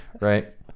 right